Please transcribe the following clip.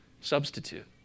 substitute